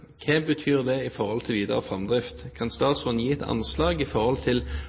hva betyr det i forhold til videre framdrift? Kan statsråden gi et anslag